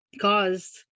caused